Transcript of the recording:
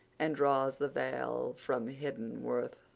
and draws the veil from hidden worth.